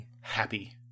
happy